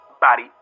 Body